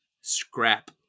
Scrap